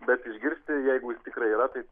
bet išgirsti jeigu jis tikrai yra tai